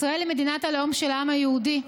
ישראל היא מדינת הלאום של העם היהודי.